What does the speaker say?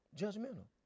judgmental